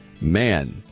Man